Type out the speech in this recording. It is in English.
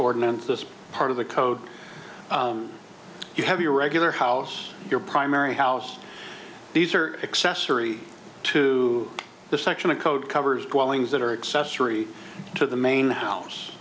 ordinance this part of the code you have your regular house your primary house these are accessory to the section of code covers qualities that are accessory to the main house